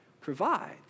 provides